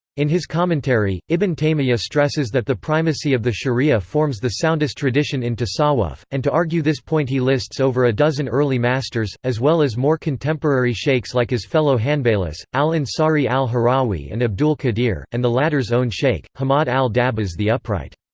in his commentary, ibn taymiyya stresses that the primacy of the sharia forms the soundest tradition in tasawwuf, and to argue this point he lists over a dozen early masters, as well as more contemporary shaykhs like his fellow hanbalis, al-ansari al-harawi and abdul-qadir, and the latter's own shaykh, hammad al-dabbas the upright.